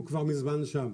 הוא כבר מזמן שם,